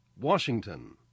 Washington